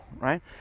right